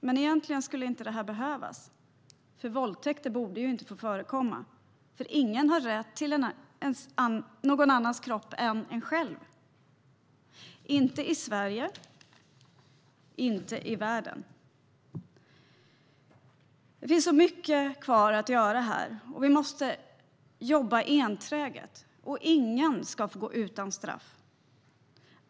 Men egentligen borde detta inte behövas, för våldtäkter borde inte få förekomma. Ingen har rätt till någon annan kropp än sin egen. Inte i Sverige. Inte i världen. Det finns mycket kvar att göra här, och vi måste jobba enträget. Ingen ska få gå utan straff.